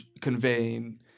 conveying